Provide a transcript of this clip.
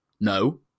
No